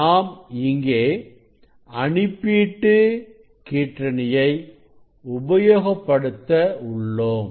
நாம் இங்கே அனுப்பீட்டு கீற்றணியை உபயோகப்படுத்த உள்ளோம்